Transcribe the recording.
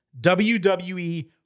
WWE